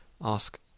ask